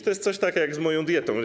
To jest coś tak jak z moją dietą.